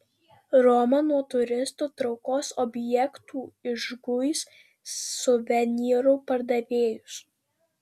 roma nuo turistų traukos objektų išguis suvenyrų pardavėjus